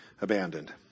abandoned